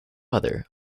mother